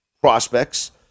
prospects